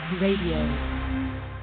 Radio